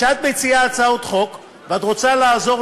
אז כשאת מציעה הצעות חוק ואת רוצה לעזור